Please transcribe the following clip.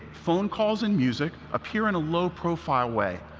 phone calls and music appear in a low profile way,